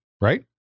Right